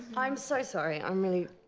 i'm so sorry, i'm really.